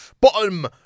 Bottom